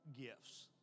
gifts